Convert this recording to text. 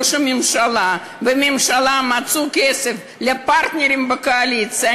ראש הממשלה והממשלה מצאו כסף לפרטנרים בקואליציה,